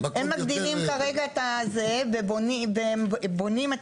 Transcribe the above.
הם מגדילים כרגע את הזה והם בונים את